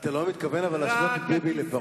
אני מקווה שאתה לא מתכוון להשוות את ביבי לפרעה.